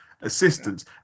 assistance